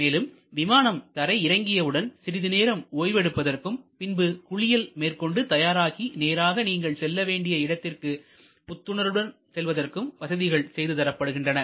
மேலும் விமானம் தரை இறங்கியவுடன் சிறிது நேரம் ஓய்வு எடுப்பதற்கும் பின்பு குளியல் மேற்கொண்டு தயாராகி நேராக நீங்கள் செல்ல வேண்டிய இடத்திற்கு புத்துணர்வுடன் செல்வதற்கும் வசதிகள் செய்து தரப்படுகின்றன